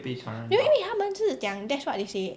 没有因为他们就是讲 that's what they say